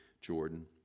Jordan